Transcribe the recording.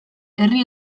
herri